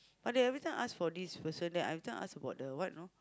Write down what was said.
but they every time ask for this person then every time ask about the what you know